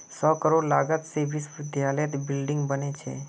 सौ करोड़ लागत से विश्वविद्यालयत बिल्डिंग बने छे